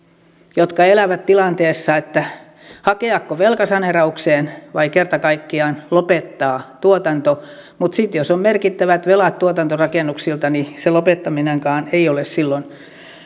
jotka elävät tilanteessa että hakeako velkasaneeraukseen vai kerta kaikkiaan lopettaa tuotanto mutta sitten jos on merkittävät velat tuotantorakennuksilta niin se lopettaminenkaan ei ole silloin